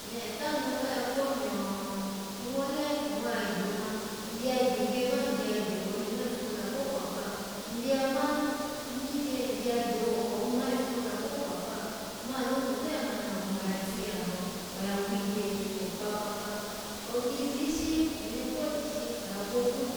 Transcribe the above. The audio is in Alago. Nyya yi tanu oya kpo myo, nwwole nwwa, gyoma, nbyi ya gyigye ma nbyi ya gyoko oni ma ifu koza ko kwakpaha nbiya ma-migye nbyiya gyoko him ma ifu koza ko kwakpaha mani oni odo ya ya mani awo ma oya tiyo abo, oya kwikye okpa papa okyi zishi wine ko zishi oya kwokwunu